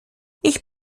ich